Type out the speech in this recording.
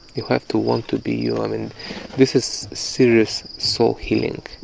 you have to want to be you, i mean this is serious soul healing